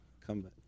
Come